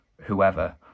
whoever